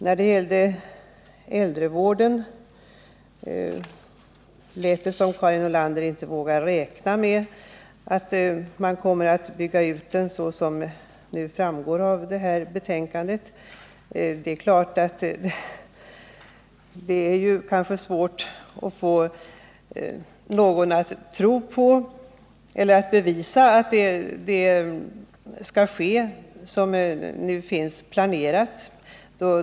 När det gäller äldrevården lät det som om Karin Nordlander inte vågar räkna med att man kommer att bygga ut den så som framgår av betänkandet. Det är kanske svårt att bevisa att det skall ske som nu finns planerat.